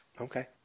Okay